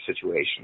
situation